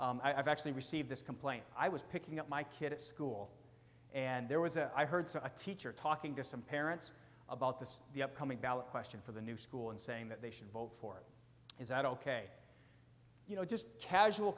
i've actually received this complaint i was picking up my kid at school and there was a i heard a teacher talking to some parents about this the upcoming ballot question for the new school and saying that they should vote for is that ok you know just casual